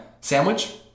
sandwich